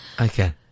Okay